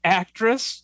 actress